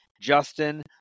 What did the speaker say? Justin